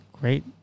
Great